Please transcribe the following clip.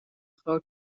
groot